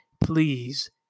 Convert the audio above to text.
please